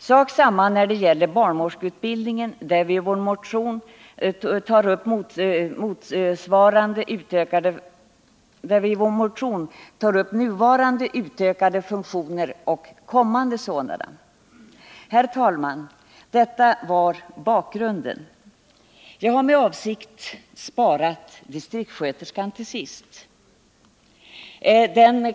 Sak samma är det i fråga om barnmorskeutbildningen, där vi i vår motion tar upp nuvarande utökade funktioner och kommande sådana. Herr talman! Detta var bakgrunden. Jag har med avsikt sparat frågan om utbildningen av distriktssköterskor till sist.